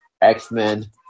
X-Men